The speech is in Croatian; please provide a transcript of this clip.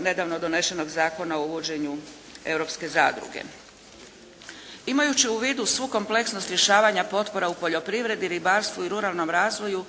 nedavno donesenog zakona o uvođenju europske zadruge. Imajući u vidu svu kompleksnost rješavanja potpora u poljoprivredi, ribarstvu i ruralnom razvoju